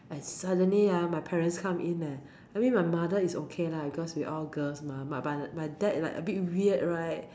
and suddenly ah my parents come in leh I mean my mother is okay lah because we all girls mah but my dad right a bit weird right